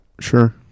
Sure